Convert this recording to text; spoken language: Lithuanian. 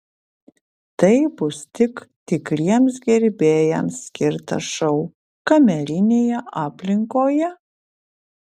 tai bus tik tikriems gerbėjams skirtas šou kamerinėje aplinkoje